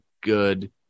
good